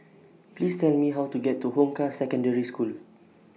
Please Tell Me How to get to Hong Kah Secondary School